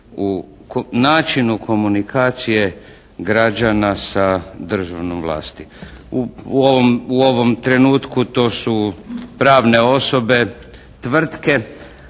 u načinu komunikacije građana sa državnom vlasti. U ovom trenutku to su pravne osobe tvrtke,